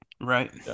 Right